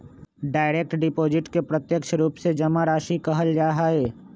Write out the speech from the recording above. direct deposit के प्रत्यक्ष रूप से जमा राशि कहल जा हई